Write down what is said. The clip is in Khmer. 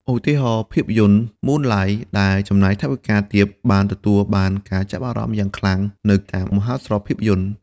ឧទាហរណ៍ ភាពយន្ត ម៉ូនឡាយ ដែលចំណាយថវិកាទាបបានទទួលបានការចាប់អារម្មណ៍យ៉ាងខ្លាំងនៅតាមមហោស្រពភាពយន្ត។